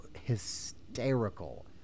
hysterical